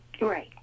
Right